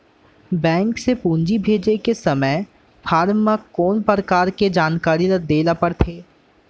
Bank से पूंजी भेजे के समय फॉर्म म कौन परकार के जानकारी ल दे ला पड़थे?